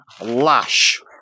lash